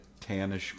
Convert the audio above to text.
tannish